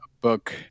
book